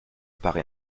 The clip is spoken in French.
paraît